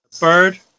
Bird